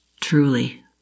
truly